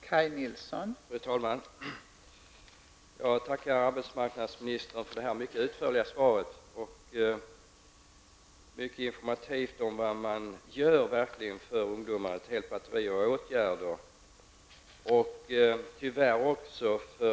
Fru talman! Jag tackar arbetsmarknadsministern för det utförliga svaret, som var mycket informativt när det gäller vad man gör för ungdomar, och det är ett helt batteri av åtgärder.